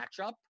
matchup